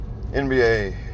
NBA